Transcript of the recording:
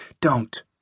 Don't